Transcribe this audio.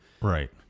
Right